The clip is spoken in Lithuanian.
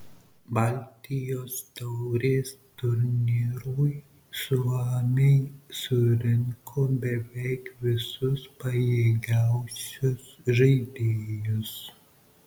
baltijos taurės turnyrui suomiai surinko beveik visus pajėgiausius žaidėjus